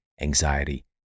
Anxiety